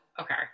okay